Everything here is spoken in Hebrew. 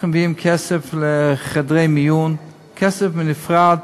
אנחנו מביאים כסף לחדרי מיון, כסף בנפרד